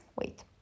wait